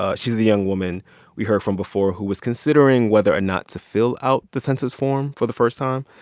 ah she's the young woman we heard from before who was considering whether or not to fill out the census form for the first time.